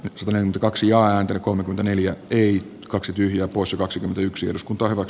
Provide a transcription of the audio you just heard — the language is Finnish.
yksitellen kaksi ja antoi kolme neljä ei kaksi tyhjää poissa kaksikymmentäyksi eduskunta ovat